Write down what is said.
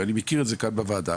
ואני מכיר את זה כאן בוועדה,